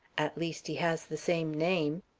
at least, he has the same name.